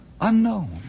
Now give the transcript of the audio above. unknown